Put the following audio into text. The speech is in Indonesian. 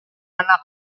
anak